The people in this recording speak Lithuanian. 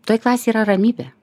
toj klasėj yra ramybė